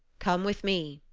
come with me.